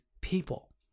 people